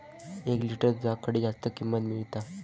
एक लिटर दूधाक खडे जास्त किंमत मिळात?